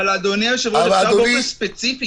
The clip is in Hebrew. אבל, אדוני היושב-ראש, אפשר באופן ספציפי?